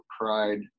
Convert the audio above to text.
pride